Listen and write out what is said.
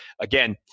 Again